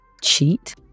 cheat